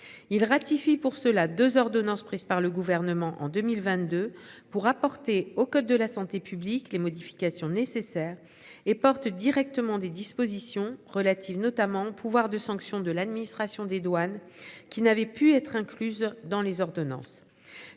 il ratifie pour cela 2 ordonnances prises par le gouvernement en 2022 pour apporter au code de la santé publique. Les modifications nécessaires et porte directement des dispositions relatives notamment le pouvoir de sanction de l'administration des douanes qui n'avait pu être incluse dans les ordonnances